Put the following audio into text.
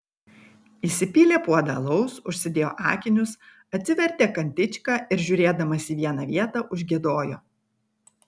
įsipylė puodą alaus užsidėjo akinius atsivertė kantičką ir žiūrėdamas į vieną vietą užgiedojo